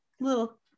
little